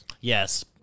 Yes